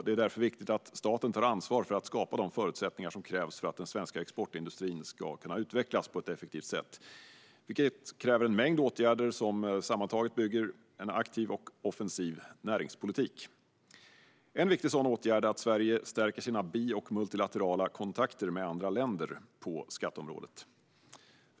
Det är därför viktigt att staten tar ansvar för att skapa de förutsättningar som krävs för att den svenska exportindustrin ska kunna utvecklas på ett effektivt sätt, vilket kräver en mängd åtgärder som sammantaget bygger en aktiv och offensiv näringspolitik. En viktig sådan åtgärd är att Sverige stärker sina bi och multilaterala kontakter med andra länder på skatteområdet.